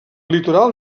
litoral